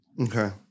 Okay